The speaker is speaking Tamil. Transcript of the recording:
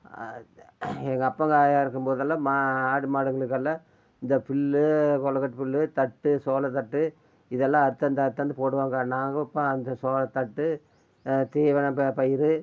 எங்கள் அப்பன் எங்கள் ஆயா இருக்கும்போதெல்லாம் மா ஆடு மாடுங்களுக்கு எல்லாம் இந்த புல்லு குளக்கட்டு புல்லு தட்டு சோளத்தட்டு இதெல்லாம் அறுத்தாந்து அறுத்தாந்து போடுவாங்க நாங்களும் இப்போ அந்த சோளத்தட்டு தீவன ப பயிறு